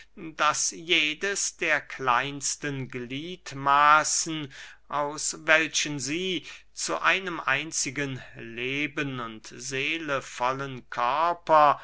daß jedes der kleinsten gliedmaßen aus welchen sie zu einem einzigen leben und seelenvollen körper